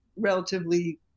Relatively